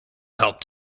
helped